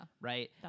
right